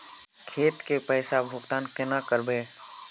खेत के पैसा भुगतान केना करबे?